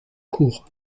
cour